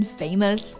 famous